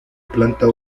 planta